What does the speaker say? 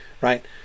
right